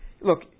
look